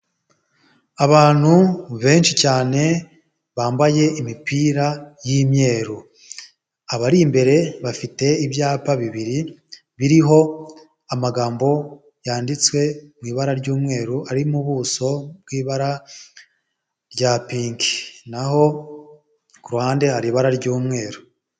Abantu benshi cyane bambaye imipira y'imweru, abari imbere bafite ibyapa bibiri biriho amagambo yanditswe mu ibara ry'umweru arimo mu buso bw'ibara rya pinki, naho ku ruhande hari ibara ry'umweru.